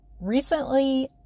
Recently